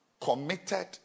committed